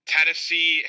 Tennessee